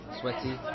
sweaty